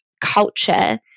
culture